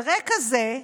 על רקע זה,